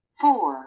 four